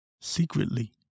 Secretly